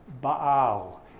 Baal